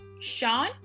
Sean